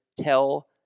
tell